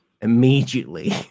immediately